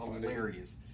hilarious